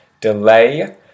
Delay